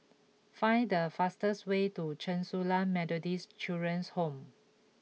find the fastest way to Chen Su Lan Methodist Children's Home